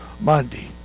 Monday